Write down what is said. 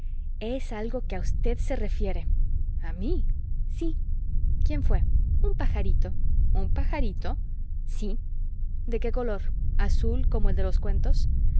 es algo que a usted se refiere a mí sí quién fué un pajarito un pajarito sí de qué color azul como el de los cuentos